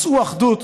מצאנו אחדות